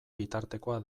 bitartekoa